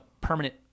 permanent